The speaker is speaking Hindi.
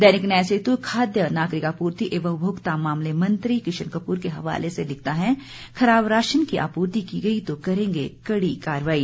दैनिक न्याय सेतु खाद्य नागरिक आपूर्ति एवं उपभोक्ता मामले मंत्री किशन कपूर के हवाले से लिखता है खराब राशन की आपूर्ति की गई तो करेंगे कड़ी कार्रवाई